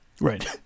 Right